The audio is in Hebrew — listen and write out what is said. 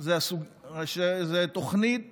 היא התוכנית